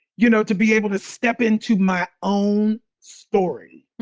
you know, to be able to step into my own story